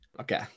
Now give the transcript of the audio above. Okay